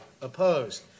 opposed